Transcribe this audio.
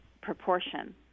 proportion